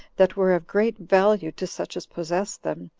that were of great value to such as possessed them,